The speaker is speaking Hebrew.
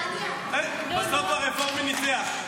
בסוף הרפורמי ניצח.